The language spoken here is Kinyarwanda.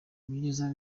ibyiza